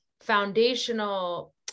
foundational